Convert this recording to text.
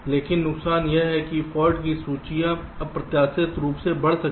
लेकिन नुकसान यह है कि फाल्ट की सूचियां अप्रत्याशित रूप से बढ़ सकती हैं